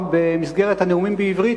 במסגרת הנאומים בעברית,